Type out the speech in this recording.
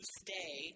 stay